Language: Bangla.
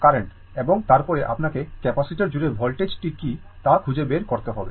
কারেন্ট এবং তারপরে আপনাকে ক্যাপাসিটার জুড়ে ভোল্টেজ টি কী তা খুঁজে বের করতে হবে